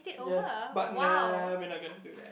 yes but nah we not gonna do that